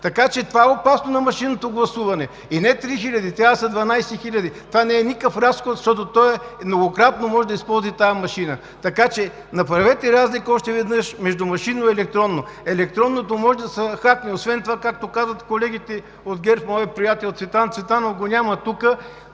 функции. Това е опасно на машинното гласуване. И не 3 хиляди, трябва да са 12 хиляди. Това не е никакъв разход, защото многократно можете да използвате тази машина. Направете още веднъж разлика между машинно и електронно. Електронното може да се хакне. Освен това, както казват колегите от ГЕРБ, моят приятел Цветан Цветанов го няма тук,